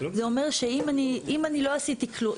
זה אומר שאם אני, אם אני לא עשיתי כלום.